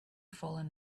fallen